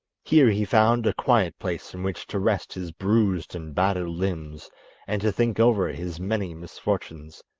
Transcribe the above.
here he found a quiet place in which to rest his bruised and battered limbs and to think over his many misfortunes.